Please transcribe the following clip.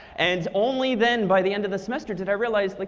and only then, by the end of the semester did i realize like,